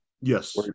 Yes